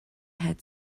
had